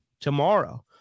tomorrow